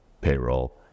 payroll